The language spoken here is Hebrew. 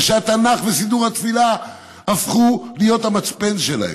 ושהתנ"ך וסידור התפילה הפכו להיות המצפן שלהם.